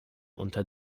unter